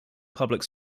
public